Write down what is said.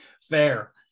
Fair